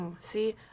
See